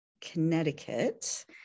connecticut